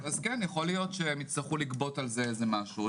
יכול להיות שהם יצטרכו לגבות על זה משהו,